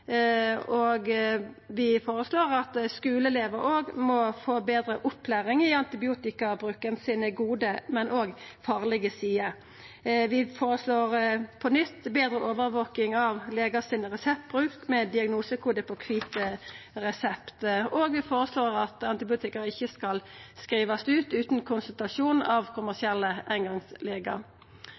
og vi føreslår at skuleelevar må få betre opplæring i antibiotikabruken sine gode, men òg farlege sider. Vi føreslår på nytt betre overvaking av legar sin reseptbruk med diagnosekode på kvit resept. Vi føreslår òg at antibiotika ikkje skal skrivast ut utan konsultasjon av kommersielle